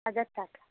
হাজার টাকা